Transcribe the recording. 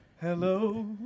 Hello